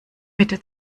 mitte